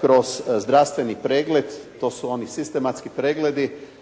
kroz zdravstveni pregled. To su oni sistematski pregledi.